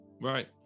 right